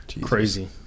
Crazy